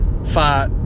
fight